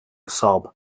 sob